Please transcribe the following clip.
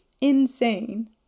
insane